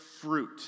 fruit